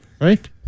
Right